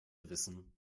wissen